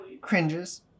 cringes